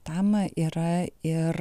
tam yra ir